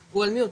הוועדה.